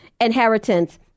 inheritance